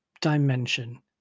dimension